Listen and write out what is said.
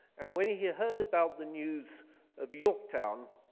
and when he he heard about the news of yorktown,